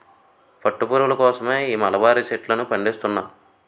పట్టు పురుగుల కోసమే ఈ మలబరీ చెట్లను పండిస్తున్నా